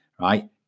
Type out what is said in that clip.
right